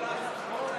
הצעת סיעת מרצ